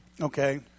Okay